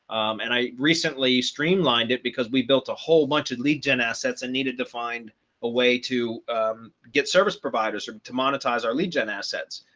and i recently streamlined it because we built a whole bunch of lead gen assets, i needed to find a way to get service providers to monetize our lead gen assets.